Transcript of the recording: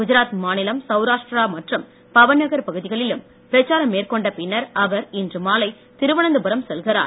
குஜராத் மாநிலம் சௌராஷ்டிரா மற்றும் பவநகர் பகுதிகளிலும் பிரச்சாரம் மேற்கொண்ட பின்னர் அவர் இன்று மாலை திருவனந்தபுரம் செல்கிறார்